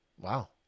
Wow